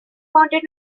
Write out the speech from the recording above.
wanted